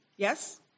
Yes